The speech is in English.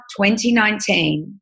2019